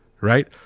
right